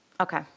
Okay